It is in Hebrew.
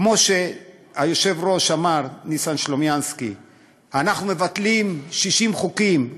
כמו שהיושב-ראש ניסן סלומינסקי אמר: אנחנו מבטלים 60 חוקים.